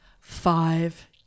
five